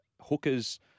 hookers